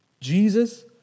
Jesus